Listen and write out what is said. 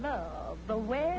not the way